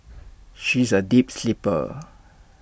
she is A deep sleeper